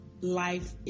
life